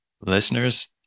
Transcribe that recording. Listeners